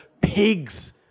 pigs